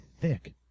thick